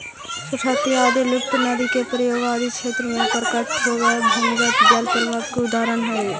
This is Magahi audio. सरस्वती आदि लुप्त नदि के प्रयाग आदि क्षेत्र में प्रकट होएला भूमिगत जल प्रवाह के उदाहरण हई